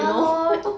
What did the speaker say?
ya lor